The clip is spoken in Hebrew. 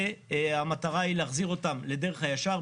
והמטרה היא להחזיר אותם לדרך הישר.